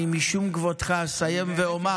משום כבודך אני אסיים ואומר,